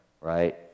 right